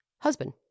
husband